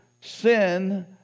sin